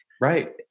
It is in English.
Right